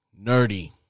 nerdy